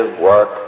work